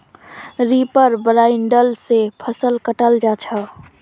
reaper binder से फसल कटाल जा छ